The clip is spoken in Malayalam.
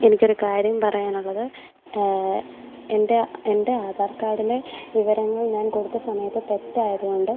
എനിക്കൊരു കാര്യം പറയാനുള്ളത് എൻ്റെ എൻ്റെ ആധാർ കാർഡിലെ വിവരങ്ങൾ ഞാൻ കൊടുത്ത സമയത്ത് തെറ്റായതുകൊണ്ട്